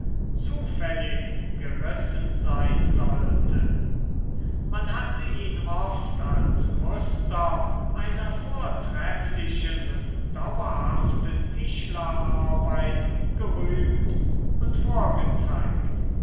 zufällig gerissen sein sollte man hatte ihn oft als muster einer vortrefflichen und dauerhaften tischlerarbeit gerühmt und vorgezeigt